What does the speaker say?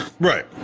Right